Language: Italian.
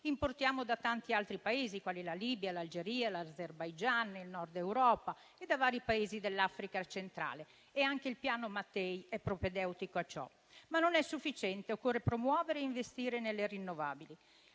importiamo da tanti altri Paesi, quali la Libia, l'Algeria, l'Azerbaigian, il Nord Europa e vari Paesi dell'Africa centrale. Anche il Piano Mattei è propedeutico a ciò. Questo però non è sufficiente: occorre promuovere e investire nelle rinnovabili.